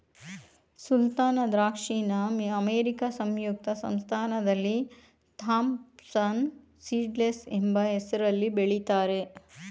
ಸುಲ್ತಾನ ದ್ರಾಕ್ಷಿನ ಅಮೇರಿಕಾ ಸಂಯುಕ್ತ ಸಂಸ್ಥಾನದಲ್ಲಿ ಥಾಂಪ್ಸನ್ ಸೀಡ್ಲೆಸ್ ಎಂಬ ಹೆಸ್ರಲ್ಲಿ ಬೆಳಿತಾರೆ